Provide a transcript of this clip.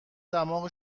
دماغ